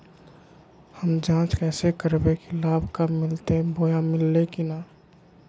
हम जांच कैसे करबे की लाभ कब मिलते बोया मिल्ले की न?